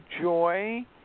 Joy